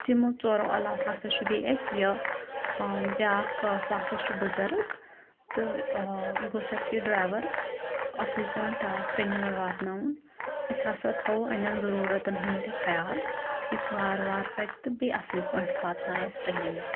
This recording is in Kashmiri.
تِمو ژورَو علاوٕ ہسا چھُ بیٚیہِ اَسہِ یہِ بیٛاکھ سُہ ہسا چھُ بُزرٕگ تہٕ یہِ گوٚژھ اَسہِ یہِ ڈرٛایوَر اصٕل پٲٹھۍ سرینَگر واتناوُن أسۍ ہسا تھاوَو اَنٮ۪ن ضروٗرَتَن ہُنٛد تہِ خیال یُس وارٕ وارٕ پَکہِ تہٕ بیٚیہِ اَصٕل پٲٹھۍ واتناے اَسہِ سرینگر